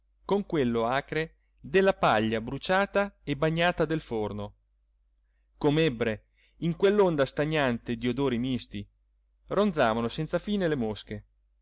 con quello acre della paglia bruciata e bagnata del forno com'ebbre in quell'onda stagnante di odori misti ronzavano senza fine le mosche